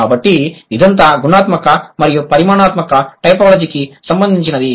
కాబట్టి ఇదంతా గుణాత్మక మరియు పరిమాణాత్మక టైపోలాజీకి సంబందించినది